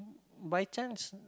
by chance